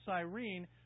Cyrene